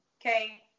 okay